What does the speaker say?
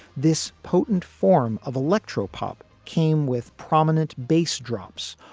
this potent form of electropop came with prominent bass, drums,